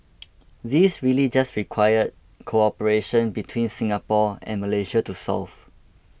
these really just required cooperation between Singapore and Malaysia to solve